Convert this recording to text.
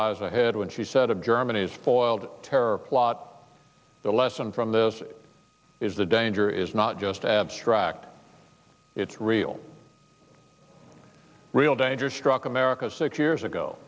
lies ahead when she said of germany's foiled terror plot the lesson from this is the danger is not just abstract it's real real danger struck america six years ago